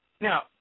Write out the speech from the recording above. Now